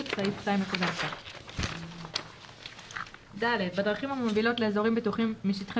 (סעיף 2.1). בדרכים המובילות לאזורים בטוחים משטחי